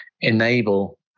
enable